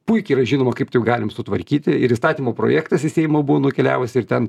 puikiai yra žinoma kaip taip galim sutvarkyti ir įstatymo projektas į seimą buvo nukeliavus ir ten